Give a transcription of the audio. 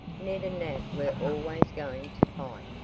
ned and nat were always going to fight,